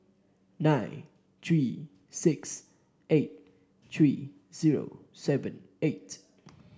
nine three six eight three zero seven eight